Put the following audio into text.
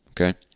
okay